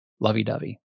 Lovey-dovey